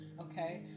okay